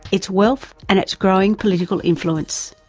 its wealth and its growing political influence.